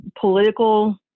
political